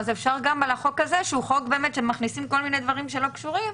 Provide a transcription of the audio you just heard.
אפשר גם על החוק הזה שהוא חוק שמכניסים כל מיני דברים שלא קשורים,